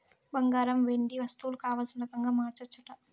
బంగారు, వెండి వస్తువులు కావల్సిన రకంగా మార్చచ్చట